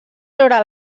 sobre